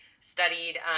studied